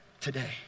today